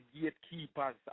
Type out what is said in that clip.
gatekeepers